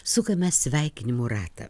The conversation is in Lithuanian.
sukame sveikinimų ratą